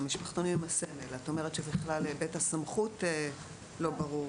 המשפחתונים עם הסמל - את אומרת שהיבט הסמכות בכלל לא ברור.